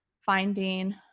finding